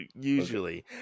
usually